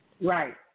Right